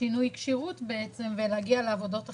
שינוי כשירות בעצם ולהגיע לעבודות אחרות.